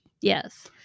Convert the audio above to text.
Yes